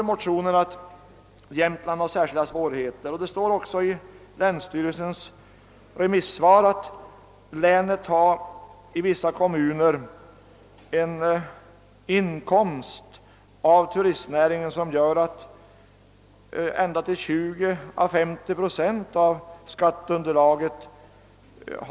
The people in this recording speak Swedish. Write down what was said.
I motionen står att Jämtland har särskilda svårigheter, och i remissyttrandet från länsstyrelsen i Jämtlands län anges att vissa kommuner i länet har en inkomst av turistnäringen som svarar för 20—50 procent av skatteunderlaget.